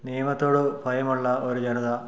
നിയമത്തോട് ഭയമുള്ള ഒരു ജനത